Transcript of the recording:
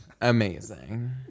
amazing